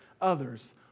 others